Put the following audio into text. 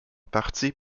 parties